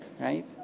Right